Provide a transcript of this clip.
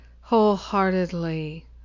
wholeheartedly